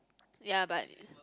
ya but